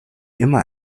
immer